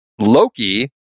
Loki